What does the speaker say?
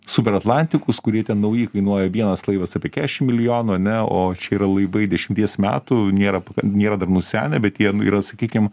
superatlantikus kurie ten nauji kainuoja vienas laivas apie kešim milijonų ane o čia yra laivai dešimties metų nėra nėra dar nusenę bet jie nu yra sakykim